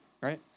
right